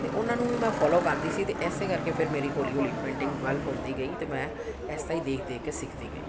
ਅਤੇ ਉਹਨਾਂ ਨੂੰ ਵੀ ਮੈਂ ਫੋਲੋ ਕਰਦੀ ਸੀ ਅਤੇ ਇਸੇ ਕਰਕੇ ਫਿਰ ਮੇਰੀ ਹੌਲੀ ਹੌਲੀ ਪੇਂਟਿੰਗ ਡਿਵੈਲਪ ਹੁੰਦੀ ਗਈ ਅਤੇ ਮੈਂ ਐਸਾ ਹੀ ਦੇਖ ਦੇਖ ਕੇ ਸਿੱਖਦੀ ਗਈ